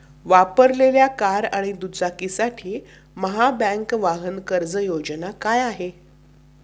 वापरलेल्या कार आणि दुचाकीसाठी महाबँक वाहन कर्ज योजना काय आहे?